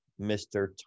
Mr